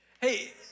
Hey